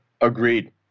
Agreed